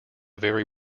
very